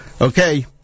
Okay